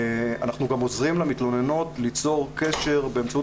אנחנו גם עוזרים למתלוננות ליצור קשר באמצעות